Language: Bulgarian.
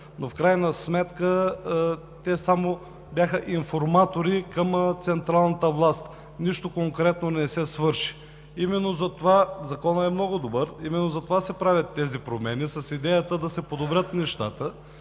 В крайна сметка те само бяха информатори към централната власт. Нищо конкретно не се свърши. Законът е много добър, именно затова се правят тези промени – с идеята да се подобрят нещата.